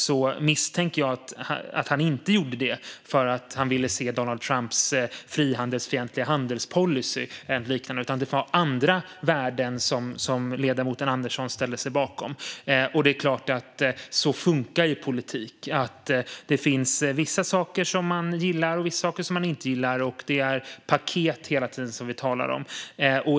Jag misstänker att han inte gjorde det för att han ville se Donald Trumps frihandelsfientliga handelspolicy eller något liknande, utan det var andra värden som ledamoten Andersson ställde sig bakom. Så funkar politik. Det finns vissa saker som man gillar och vissa saker man inte gillar, och vi talar hela tiden om paket.